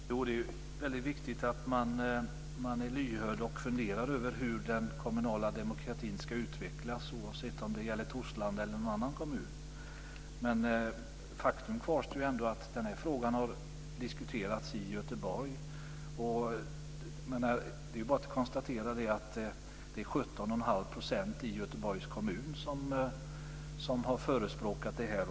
Fru talman! Jo, det är väldigt viktigt att man är lyhörd och funderar över hur den kommunala demokratin ska utvecklas, oavsett om det gäller Torslanda eller någon annan kommun. Men faktum kvarstår ändå, att den här frågan har diskuterats i Göteborg. Och man kan konstatera att 17,5 % i Göteborgs kommun har förespråkat detta.